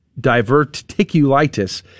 diverticulitis